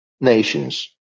nations